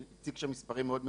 הציג שם מספרים מאוד מדויקים.